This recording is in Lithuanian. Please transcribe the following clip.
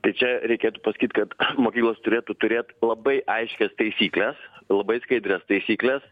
tai čia reikėtų pasakyt kad mokyklos turėtų turėt labai aiškias taisykles labai skaidrias taisykles